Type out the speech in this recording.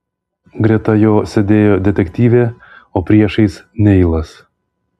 greta jo sėdėjo detektyvė o priešais neilas